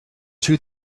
two